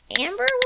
Amber